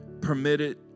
permitted